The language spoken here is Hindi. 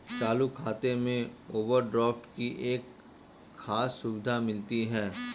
चालू खाता में ओवरड्राफ्ट की एक खास सुविधा मिलती है